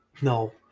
no